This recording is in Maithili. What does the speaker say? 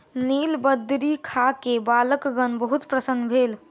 नीलबदरी खा के बालकगण बहुत प्रसन्न भेल